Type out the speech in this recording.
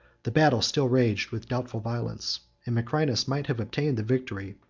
the battle still raged with doubtful violence, and macrinus might have obtained the victory,